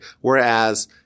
Whereas